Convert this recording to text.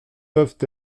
peuvent